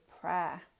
prayer